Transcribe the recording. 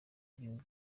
igihugu